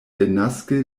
denaske